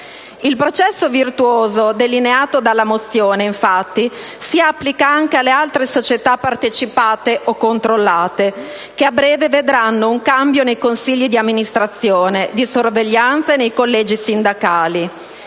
Il processo virtuoso delineato dalla mozione, infatti, si applica anche alle altre società partecipate o controllate, che a breve vedranno un cambio nei consigli di amministrazione e di sorveglianza e nei collegi sindacali,